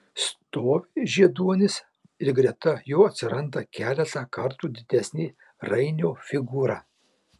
stovi zieduonis ir greta jo atsiranda keletą kartų didesnė rainio figūra